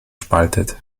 spaltet